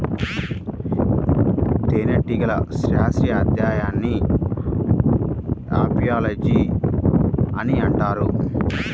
తేనెటీగల శాస్త్రీయ అధ్యయనాన్ని అపియాలజీ అని అంటారు